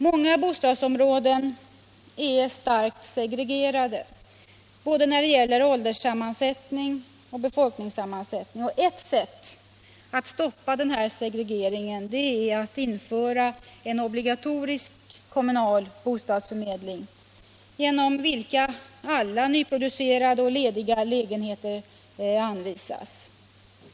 Många bostadsområden är starkt segregerade när det gäller både ålderssammansättning och befolkningssammansättning. Ett sätt att stoppa denna segregering är att införa en obligatorisk kommunal bostadsförmedling genom vilken alla nyproducerade och lediga lägenheter anvisas.